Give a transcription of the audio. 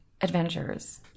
adventures